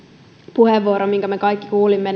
puheenvuoro minkä me kaikki kuulimme